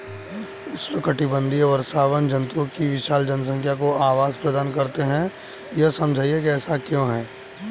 उष्णकटिबंधीय वर्षावन जंतुओं की विशाल जनसंख्या को आवास प्रदान करते हैं यह समझाइए कि ऐसा क्यों है?